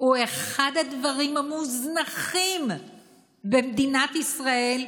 הוא אחד הדברים המוזנחים במדינת ישראל,